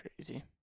crazy